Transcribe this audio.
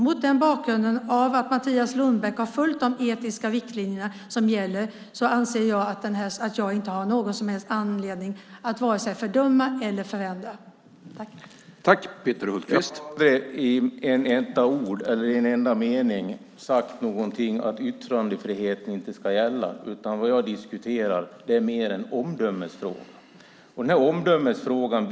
Mot bakgrunden att Mattias Lundbäck har följt de etiska riktlinjer som gäller anser jag att jag inte har någon som helst anledning att vare sig fördöma eller förändra min uppfattning.